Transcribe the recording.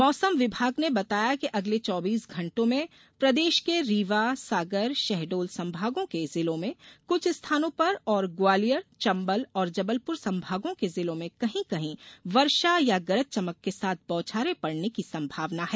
मौसम विभाग ने बताया कि अगले चौबीस घण्टों में प्रदेश के रीवा सागर शहडोल संभागों के जिलों में कुछ स्थानों पर और ग्वालियर चंबल और जबलपुर संभागों के जिलों में कहीं कहीं वर्षा या गरज चमक के साथ बौछारें पड़ने की संभावना है